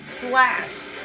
Blast